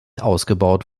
ausgebaut